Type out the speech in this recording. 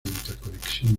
interconexión